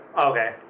Okay